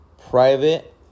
private